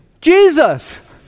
Jesus